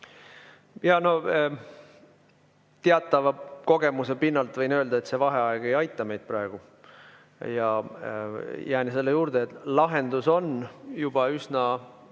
Palun! Teatava kogemuse pinnal võin öelda, et see vaheaeg ei aita meid praegu, ja jään selle juurde, et lahendus saabub juba üsna